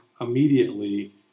immediately